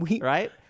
Right